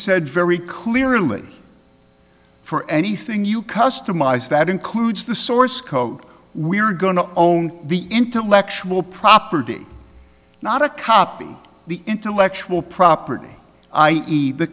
said very clearly for anything you customized that includes the source code we are going to own the intellectual property not a copy the intellectual property i e the